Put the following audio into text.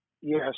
Yes